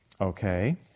okay